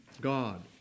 God